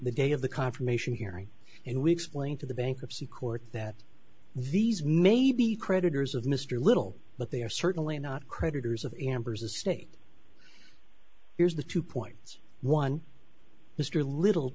day of the confirmation hearing and we explained to the bankruptcy court that these made the creditors of mr little but they are certainly not creditors of ambers a state here's the two points one mr little